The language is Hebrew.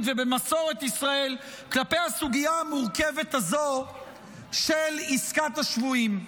ובמסורת ישראל כלפי הסוגיה המורכבת הזו של עסקת השבויים.